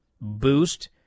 boost